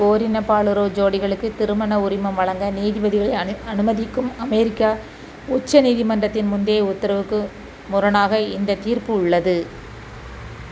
ஓரினப் பாலுறவு ஜோடிகளுக்கு திருமண உரிமம் வழங்க நீதிபதிகளை அனு அனுமதிக்கும் அமெரிக்கா உச்ச நீதிமன்றத்தின் முந்தைய உத்தரவுக்கு முரணாக இந்தத் தீர்ப்பு உள்ளது